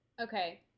Okay